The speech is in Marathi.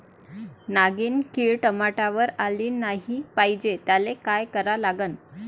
नागिन किड टमाट्यावर आली नाही पाहिजे त्याले काय करा लागन?